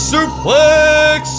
Suplex